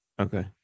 okay